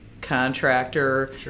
contractor